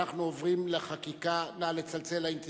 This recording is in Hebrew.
אנחנו עוברים לחקיקה, נא לצלצל, האם צלצלנו?